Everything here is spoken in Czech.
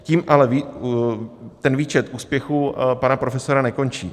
Tím ale ten výčet úspěchů pana profesora nekončí.